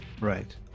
Right